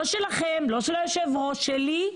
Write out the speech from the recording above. לא שלכם, לא של יושב הראש, שלי.